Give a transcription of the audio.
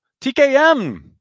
TKM